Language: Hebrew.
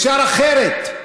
אפשר אחרת.